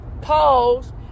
pause